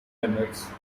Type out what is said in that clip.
limits